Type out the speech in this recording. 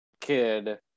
kid